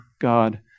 God